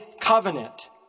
covenant